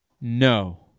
no